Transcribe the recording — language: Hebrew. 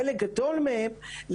חלק גדול מהם,